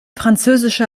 französische